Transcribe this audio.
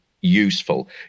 useful